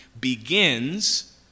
begins